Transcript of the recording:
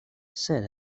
said